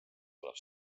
tuleb